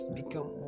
become